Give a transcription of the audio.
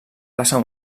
passar